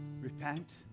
repent